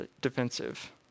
defensive